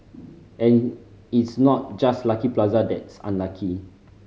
and it's not just Lucky Plaza that's unlucky